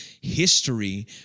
history